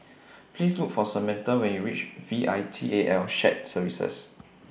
Please Look For Samantha when YOU REACH V I T A L Shared Services